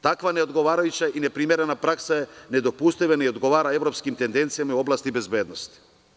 Takva neodgovarajuća i neprimerena praksa je nedopustiva i neodgovara evropskim tendencijama u oblasti bezbednosti.